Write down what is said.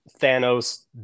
Thanos